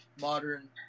modern –